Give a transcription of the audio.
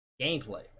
gameplay